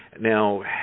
Now